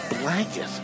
Blanket